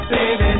Baby